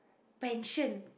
pension